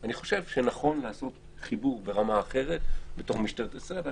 אני חושב שנכון לעשות חיבור ברמה אחרת בתוך משטרת ישראל.